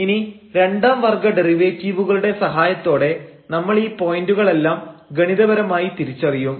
ഇനി രണ്ടാം വർഗ്ഗ ഡെറിവേറ്റീവുകളുടെ സഹായത്തോടെ നമ്മളീ പോയന്റുകൾ എല്ലാം ഗണിതപരമായി തിരിച്ചറിയും